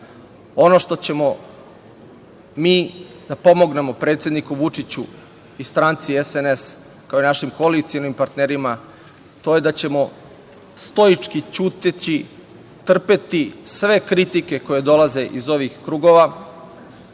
što ćemo mi da pomognemo predsedniku Vučiću i stranci SNS, kao i našim koalicionim partnerima, to je da ćemo stojički ćutati, trpeti sve kritike koje dolaze iz ovih kruga,